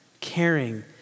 caring